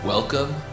Welcome